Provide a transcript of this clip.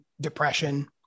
depression